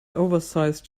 oversized